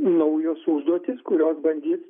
naujos užduotys kurios bandys